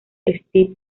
steve